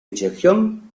inyección